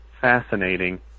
fascinating